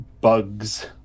bugs